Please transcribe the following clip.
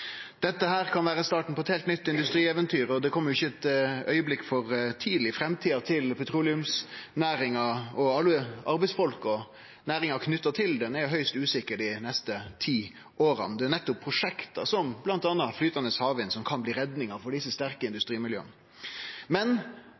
Dette kan vere starten på eit heilt nytt industrieventyr, og det kom jo ikkje ein augeblink for tidleg. Framtida til petroleumsnæringa og alle arbeidsfolka i næringar knytte til ho, er høgst usikker dei neste ti åra. Det er nettopp prosjekt som bl.a. flytande havvind som kan bli redninga for desse sterke